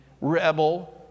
rebel